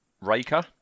Raker